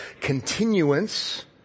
continuance